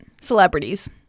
celebrities